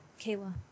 Kayla